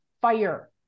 fire